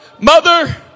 Mother